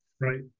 Right